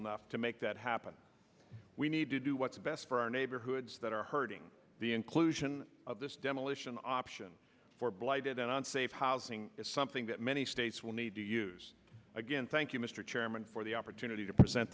enough to make that happen we need to do what's best for our neighborhoods that are hurting the inclusion of this demolition option for blighted and unsafe housing is something that many states will need to use again thank you mr chairman for the opportunity to present